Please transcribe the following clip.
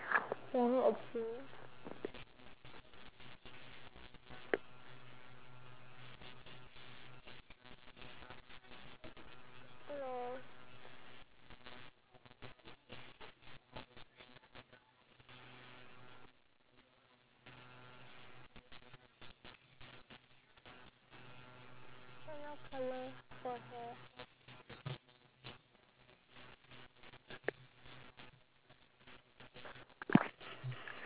ya I need a drink LOL henna colour for hair